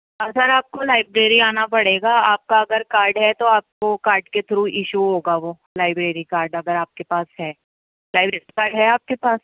سر پر آپ کو لائبریری آنا پڑے گا آپ کا اگر کارڈ ہے تو آپ کو کارڈ کے تھرو ایشو ہوگا وہ لائبریری کارڈ اگر آپ کے پاس ہے لائبریری کارڈ ہے آپ کے پاس